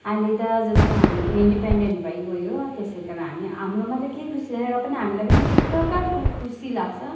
अहिले त जस्तै हामी पनि इन्डिपेन्डेन्ट भइगयो त्यसै कारण हामी हाम्रोमा त के खुसी छैन र पनि हामीलाई पनि एक प्रकारको खुसी लाग्छ